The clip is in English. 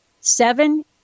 Seven